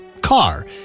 car